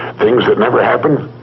things that never happen,